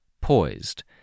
poised